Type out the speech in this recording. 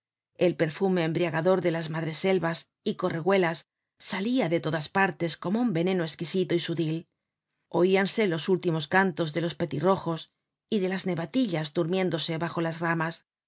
el perfume embriagador de las madreselvas y corregüelas salia de todas partes como un veneno esquisito y sutil oíanse los últimos cantos de los peti rojos y de las nevatillas durmiéndose bajo las ramas